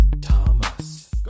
Thomas